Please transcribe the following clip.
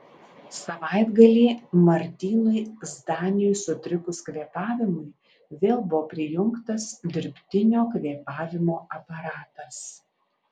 savaitgalį martynui zdaniui sutrikus kvėpavimui vėl buvo prijungtas dirbtinio kvėpavimo aparatas